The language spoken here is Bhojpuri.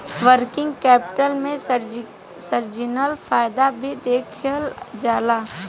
वर्किंग कैपिटल में सीजनल फायदा भी देखल जाला